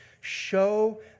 Show